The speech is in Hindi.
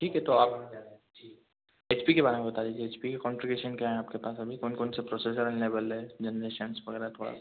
ठीक है तो आप एच पी के बारे में बता दीजिए एच पी के कॉन्फिगरेशन क्या हैं आपके पास अभी कौन कौन से प्रोसेसर एवलेबल है जेनेरेशंस वगैरह थोड़ा सा